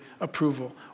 approval